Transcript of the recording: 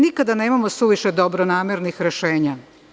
Nikada nemamo suviše dobronamernih rešenja.